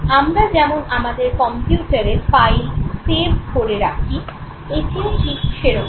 আমরা যেমন আমাদের কম্পিউটারে ফাইল "সেভ" করে রাখি এটিও ঠিক সেরকম